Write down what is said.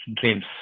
dreams